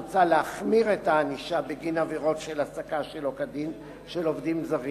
מוצע להחמיר את הענישה בגין עבירות של העסקה שלא כדין של עובדים זרים.